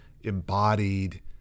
embodied